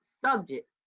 subject